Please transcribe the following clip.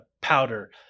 powder